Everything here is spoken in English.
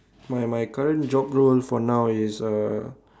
my my current job role for now is uh